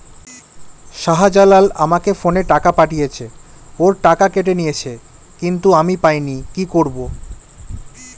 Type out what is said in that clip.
শাহ্জালাল আমাকে ফোনে টাকা পাঠিয়েছে, ওর টাকা কেটে নিয়েছে কিন্তু আমি পাইনি, কি করব?